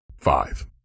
five